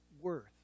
worth